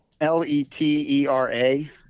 L-E-T-E-R-A